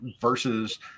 versus